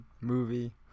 movie